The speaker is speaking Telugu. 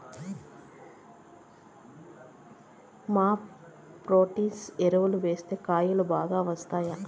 మాప్ పొటాష్ ఎరువులు వేస్తే కాయలు బాగా వస్తాయా?